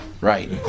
Right